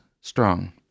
strong